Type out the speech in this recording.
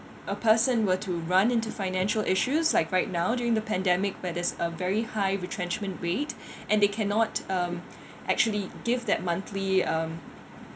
a person were to run into financial issues like right now during the pandemic where there's a very high retrenchment rate and they cannot um actually give that monthly um